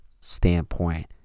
standpoint